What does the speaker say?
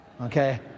Okay